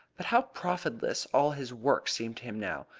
but how profitless all his work seemed to him now!